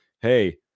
hey